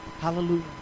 Hallelujah